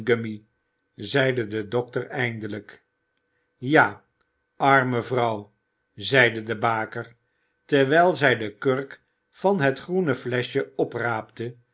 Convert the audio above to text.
zeide de dokter eindelijk ja arme vrouw zeide de baker terwijl zij de kurk van het groene fleschje opraapte